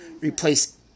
replace